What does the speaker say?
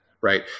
right